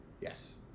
Yes